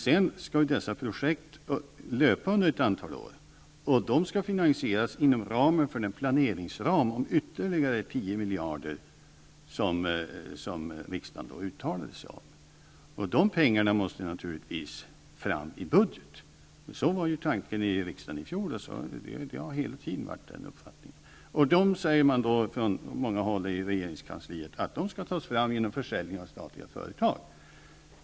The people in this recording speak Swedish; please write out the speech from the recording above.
Sedan skall dessa projekt löpa under ett antal år, och de skall finansieras inom ramen för en planeringsram om ytterligare 10 miljarder, vilket riksdagen uttalade sig för. Dessa pengar måste naturligtvis fram i budgeten. Så var tanken i riksdagen i fjol, och jag har hela tiden haft den uppfattningen. Man säger från många håll inom regeringskansliet att dessa medel skall tas fram genom försäljning av statliga företag.